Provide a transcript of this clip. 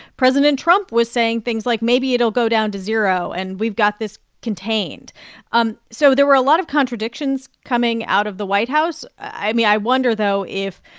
president trump was saying things like, maybe it'll go down to zero, and, we've got this contained um so there were a lot of contradictions coming out of the white house. i mean, i wonder, wonder, though, if,